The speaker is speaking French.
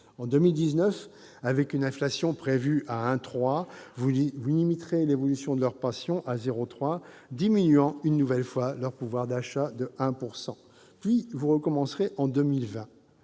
En 2019, avec une inflation prévue à 1,3 %, vous limiterez l'évolution de leur pension à 0,3 %, diminuant une nouvelle fois leur pouvoir d'achat de 1 %. Puis, vous recommencerez en 2020.